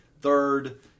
third